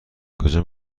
کجا